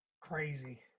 crazy